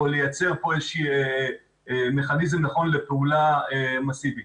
לייצר פה איזה שהוא מכניזם נכון לפעולה מסיבית.